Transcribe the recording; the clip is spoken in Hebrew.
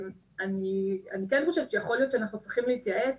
אני כן חושבת שיכול להיות שאנחנו צריכים להתייעץ